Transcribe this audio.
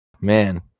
Man